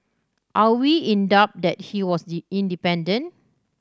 are we in doubt that he was independent